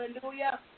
Hallelujah